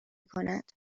کنند